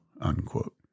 unquote